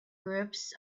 groups